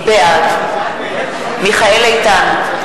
בעד מיכאל איתן,